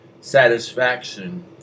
satisfaction